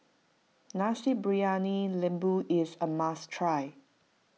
Nasi Briyani Lembu is a must try